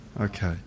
Okay